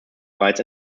bereits